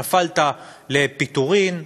נפלת לפיטורים,